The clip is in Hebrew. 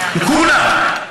כולם.